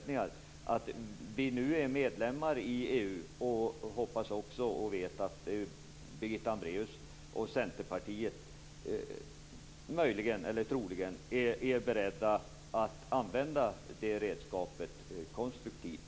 När vi nu är medlemmar i EU hoppas jag och tror, trots våra motsättningar, att Birgitta Hambraeus och Centerpartiet är beredda att använda detta redskap konstruktivt.